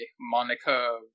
Monica